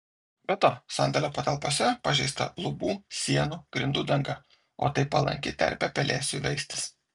be to sandėlio patalpose pažeista lubų sienų grindų danga o tai palanki terpė pelėsiui veistis